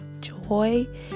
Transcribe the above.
joy